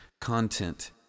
content